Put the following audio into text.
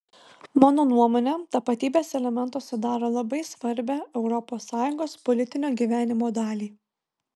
mano nuomone tapatybės elementas sudaro labai svarbią europos sąjungos politinio gyvenimo dalį